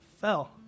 fell